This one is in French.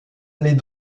les